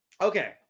Okay